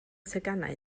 teganau